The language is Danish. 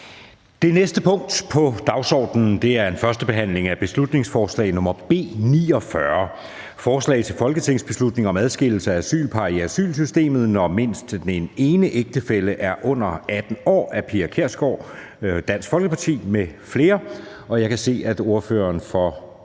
Det næste punkt på dagsordenen er: 13) 1. behandling af beslutningsforslag nr. B 49: Forslag til folketingsbeslutning om adskillelse af asylpar i asylsystemet, når mindst den ene ægtefælle er under 18 år. Af Pia Kjærsgaard (DF) m.fl. (Fremsættelse